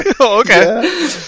Okay